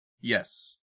yes